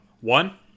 one